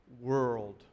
world